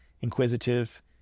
inquisitive